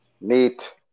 Neat